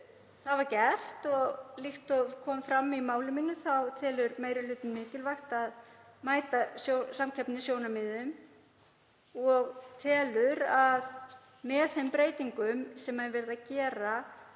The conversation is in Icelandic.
það var gert. Líkt og kom fram í máli mínu telur meiri hlutinn mikilvægt að mæta samkeppnissjónarmiðum og telur að með þeim breytingum sem verið er